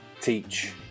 teach